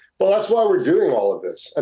well, that's why we're doing all of this. ah